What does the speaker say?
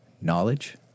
Knowledge